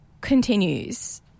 continues